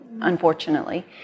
unfortunately